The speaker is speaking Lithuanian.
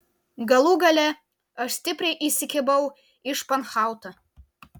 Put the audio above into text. galų gale aš stipriai įsikibau į španhautą